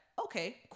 okay